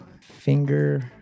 Finger